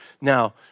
Now